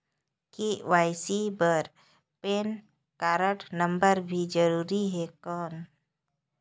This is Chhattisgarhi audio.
के.वाई.सी बर पैन कारड नम्बर भी जरूरी हे कौन?